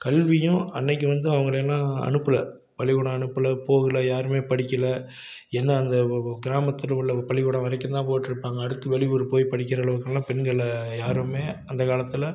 கல்வியும் அன்னைக்கு வந்து அவங்களை எல்லாம் அனுப்பலை பள்ளிக்கூடம் அனுப்பலை போகலை யாருமே படிக்கலை என்ன அந்த கிராமத்தில் உள்ள பள்ளிக்கூடம் வரைக்கும் தான் போட்டுருப்பாங்க அடுத்து வெளி ஊர் போய் படிக்கிற அளவுக்கு எல்லாம் பெண்களை யாருமே அந்த காலத்தில்